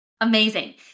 Amazing